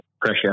pressure